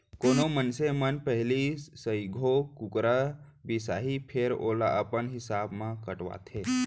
कोनो मनसे मन पहिली सइघो कुकरा बिसाहीं फेर ओला अपन हिसाब म कटवाथें